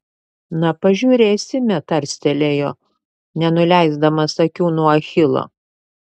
na pažiūrėsime tarstelėjo nenuleisdamas akių nuo achilo